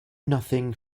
nothing